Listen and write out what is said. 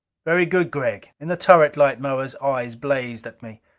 very good, gregg. in the turret light moa's eyes blazed at me.